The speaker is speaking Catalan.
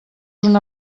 una